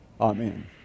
Amen